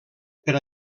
per